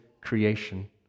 creation